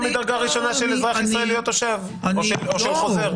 מדרגה ראשונה של אזרח ישראלי של תושב או של חוזר.